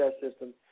system